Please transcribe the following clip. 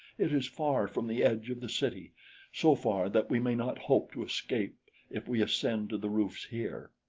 it is far from the edge of the city so far that we may not hope to escape if we ascend to the roofs here.